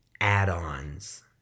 add-ons